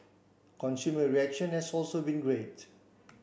consumer reaction has also been great